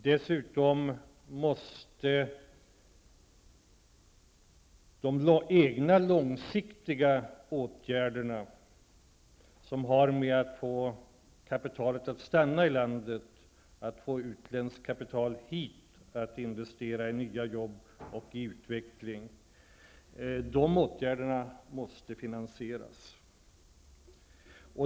Dessutom måste de egna långsiktiga åtgärderna finansieras, det som har att göra med att få kapitalet att stanna kvar i landet, att få utländskt kapital att investera i Sverige, nya arbetstillfällen och utveckling.